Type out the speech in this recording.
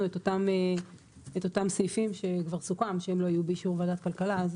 את אותם סעיפים שכבר סוכם שהם לא יהיו באישור ועדת הכלכלה.